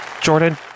Jordan